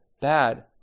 bad